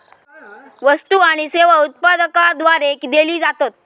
वस्तु आणि सेवा उत्पादकाद्वारे दिले जातत